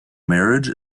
marriage